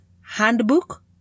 handbook